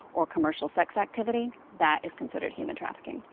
or commercial sex activity, that is considered human trafficking.